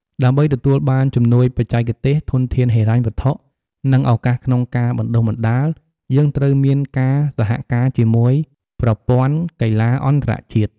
ដើម្បីទទួលបានជំនួយបច្ចេកទេស ធនធានហិរញ្ញវត្ថុ និងឱកាសក្នុងការបណ្តុះបណ្តាល យើងត្រូវមានការសហការជាមួយប្រព័ន្ធកីទ្បាអន្តរជាតិ។